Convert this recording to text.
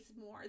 more